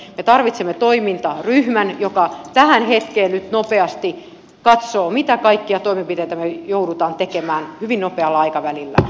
me tarvitsemme toimintaryhmän joka tähän hetkeen nyt nopeasti katsoo mitä kaikkia toimenpiteitä me joudumme tekemään hyvin nopealla aikavälillä